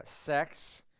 sex